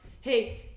Hey